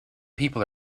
people